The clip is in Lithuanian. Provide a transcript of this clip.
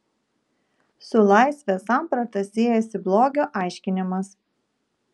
su laisvės samprata siejasi blogio aiškinimas